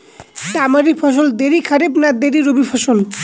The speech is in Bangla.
তামারি ফসল দেরী খরিফ না দেরী রবি ফসল?